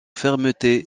fermeté